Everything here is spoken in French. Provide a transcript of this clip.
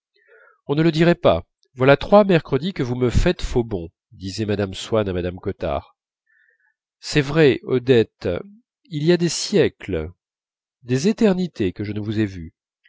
on ne le dirait pas voilà trois mercredis que vous me faites faux bond disait mme swann à mme cottard c'est vrai odette il y a des siècles des éternités que je ne vous ai vue